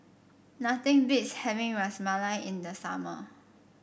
nothing beats having Ras Malai in the summer